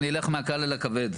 ואני אלך מהקל אל הכבד.